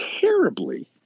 terribly